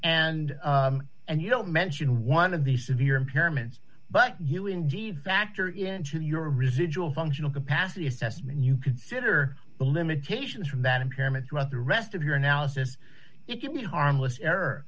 and and you don't mention one of these to be your impairments but you indeed factor into your residual functional capacity assessment you consider the limitations from that impairment throughout the rest of your analysis it could be harmless error